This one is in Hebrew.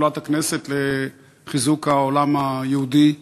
שדולת הכנסת לחיזוק העולם היהודי.